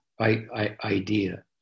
idea